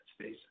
space